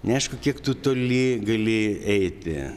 neaišku kiek tu toli gali eiti